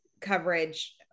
coverage